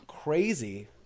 crazy